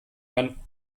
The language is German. man